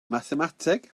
mathemateg